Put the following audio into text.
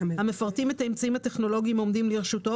המפרטים את האמצעים הטכנולוגיים העומדים לרשותו